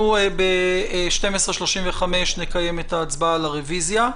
ב-12:35 נקיים את ההצבעה על הרוויזיה.